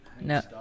No